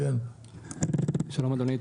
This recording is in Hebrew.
שלום, אדוני.